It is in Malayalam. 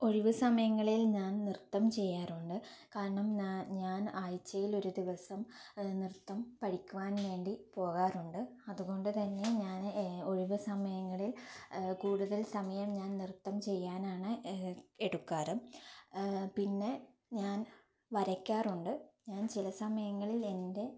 ഒഴിവ് സമയങ്ങളിൽ ഞാൻ നൃത്തം ചെയ്യാറുണ്ട് കാരണം നാൻ ഞാൻ ആഴ്ചയിൽ ഒരു ദിവസം നൃത്തം പഠിക്കുവാൻ വേണ്ടി പോകാറുണ്ട് അതുകൊണ്ടു തന്നെ ഞാൻ ഒഴിവു സമയങ്ങളിൽ കൂടുതൽ സമയം ഞാൻ നൃത്തം ചെയ്യാനാണ് എടുക്കാറ് പിന്നെ ഞാൻ വരയ്ക്കാറുണ്ട് ഞാൻ ചില സമയങ്ങളിൽ എൻ്റെ